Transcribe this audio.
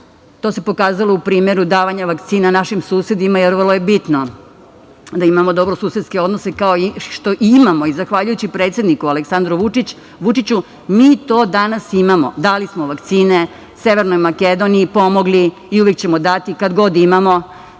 to se pokazalo u primeru davanja vakcina našim susedima, jer vrlo je bitno da imamo dobre susetske odnose kao što i imamo i zahvaljujući predsedniku Aleksandru Vučiću, mi to danas imamo. Dali smo vakcine Severnoj Makedoniji, pomogli i uvek ćemo dati kad god imamo.